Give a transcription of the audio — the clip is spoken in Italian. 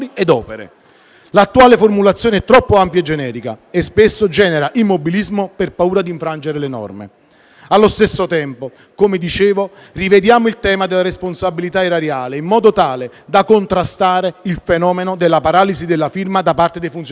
L'attuale formulazione è troppo ampia e generica e, spesso, genera immobilismo per paura di infrangere le norme. Allo stesso tempo, come dicevo, rivediamo il tema della responsabilità erariale, in modo tale da contrastare il fenomeno della paralisi della firma da parte dei funzionari pubblici.